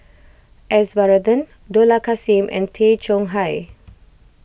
S Varathan Dollah Kassim and Tay Chong Hai